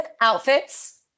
outfits